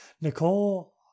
nicole